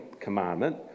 commandment